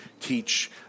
teach